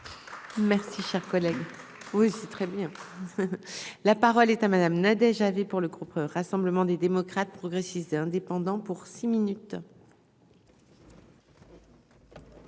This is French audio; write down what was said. Merci, cher collègue, oui c'est très bien. La parole est à madame Nadège avis pour le groupe Rassemblement des démocrates progressistes et indépendants pour six minutes.